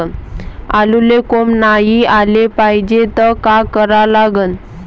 आलूले कोंब नाई याले पायजे त का करा लागन?